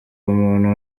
umuntu